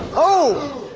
oh!